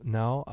now